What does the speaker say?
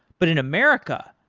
but in america,